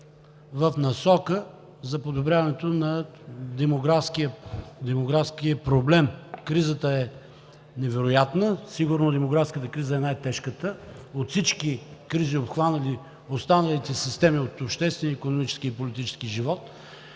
в насока за подобряването на демографския проблем. Кризата е невероятна. Сигурно демографската криза е най-тежката от всички кризи, обхванали останалите системи от обществения, икономическия и политическия живот,